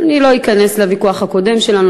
אני לא אכנס לוויכוח הקודם שלנו.